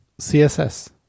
CSS